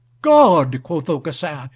god! quoth aucassin,